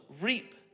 reap